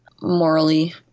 morally